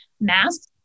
masks